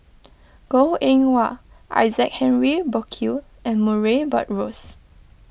Goh Eng Wah Isaac Henry Burkill and Murray Buttrose